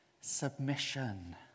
submission